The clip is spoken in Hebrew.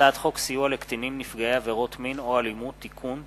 הצעת חוק סיוע לקטינים נפגעי עבירות מין או אלימות (תיקון,